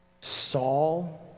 Saul